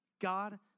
God